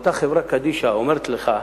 אותה חברה קדישא אומרת לך: